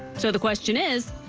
so the question is,